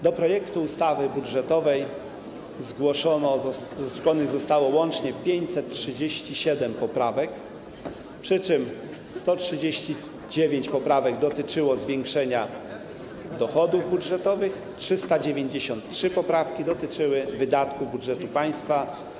Do projektu ustawy budżetowej zgłoszonych zostało łącznie 537 poprawek, przy czym 139 poprawek dotyczyło zwiększenia dochodów budżetowych, 393 poprawki dotyczyły wydatków budżetu państwa.